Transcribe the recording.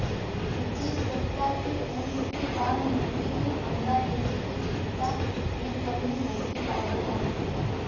पच्चीस सप्ताह के उम्र के बाद मुर्गी के अंडा देवे के क्षमता में कमी होखे लागेला